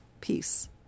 Peace